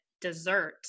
dessert